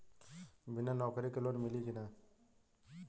बिना नौकरी के लोन मिली कि ना?